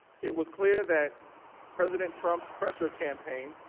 it was clear that president trump's pressure campaign